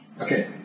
Okay